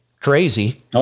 Crazy